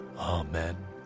Amen